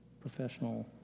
Professional